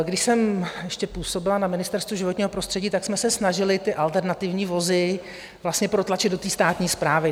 Když jsem ještě působila na Ministerstvu životního prostředí, tak jsme se snažili alternativní vozy protlačit do státní správy.